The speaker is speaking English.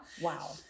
Wow